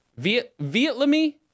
Vietnamese